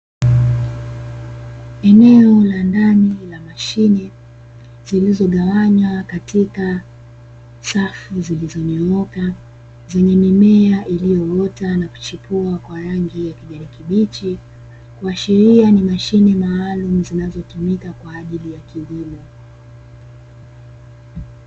Eneo la ndani la mashine lililogawanywa katika safu zilizonyooka, zenye mimea iliyoota na kuchepua kwa rangi ya kijani kibichi kuashiria ni eneo maalumu linalotumika kwajili ya kilimo.